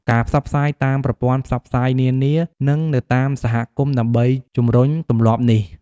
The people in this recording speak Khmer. ការផ្សព្វផ្សាយតាមប្រព័ន្ធផ្សព្វផ្សាយនានា និងនៅតាមសហគមន៍ ដើម្បីជំរុញទម្លាប់នេះ។